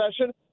session